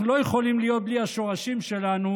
לא יכולים להיות בלי השורשים שלנו,